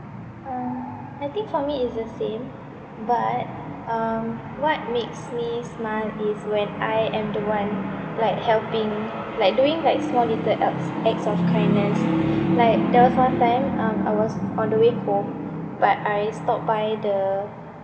um I think for me is the same but um what makes me smile is when I am the one like helping like doing like small little acts acts of kindness like there was one time um I was on the way home but I stopped by the